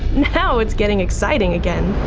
now it's getting exciting again.